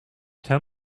tell